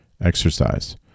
exercise